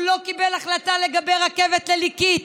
הוא לא קיבל החלטה לגבי רכבת לליקית,